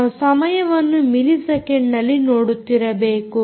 ನಾವು ಸಮಯವನ್ನು ಮಿಲಿ ಸೆಕೆಂಡ್ನಲ್ಲಿ ನೋಡುತ್ತಿರಬೇಕು